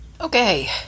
Okay